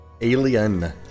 Alien